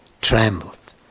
trembled